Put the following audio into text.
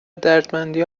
دردمندی